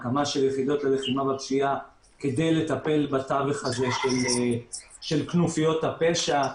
הקמה של יחידות ללחימה בפשיעה כדי לטפל בתווך הזה של כנופיו הפשע.